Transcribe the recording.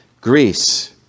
Greece